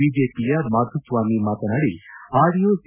ಬಿಜೆಪಿಯ ಮಾಧುಸ್ವಾಮಿ ಮಾತನಾಡಿ audio C